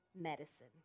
medicine